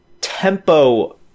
tempo